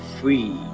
free